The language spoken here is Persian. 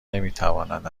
نمیتواند